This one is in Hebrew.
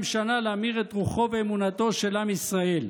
שנה להמיר את רוחו ואמונתו של עם ישראל.